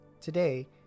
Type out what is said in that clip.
Today